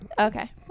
Okay